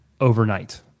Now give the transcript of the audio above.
overnight